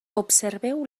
observeu